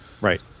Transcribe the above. right